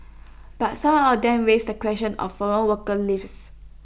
but some of them raise the question of foreign worker levies